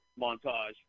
montage